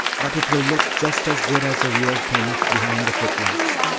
but it will look just as good as the real thing behind the footlights.